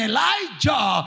Elijah